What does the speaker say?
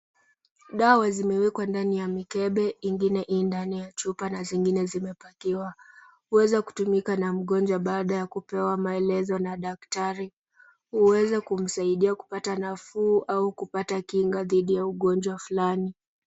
Dawa zimewekwa ndani ya mikebe ingine ii ndani ya chupa na zingine zimepakiwa. Huweza kutumika na mgonjwa baada ya kupewa maelezo na daktari. Huweza kumsaidia kupata nafuu au kupata kinga dhidi ya ugonjwa fulani.